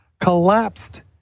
collapsed